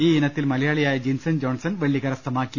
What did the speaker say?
ഈ ഇനത്തിൽ മലയാളിയായ ജിൻസൺ ജോൺസൺ വെള്ളി കരസ്ഥമാക്കി